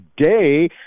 Today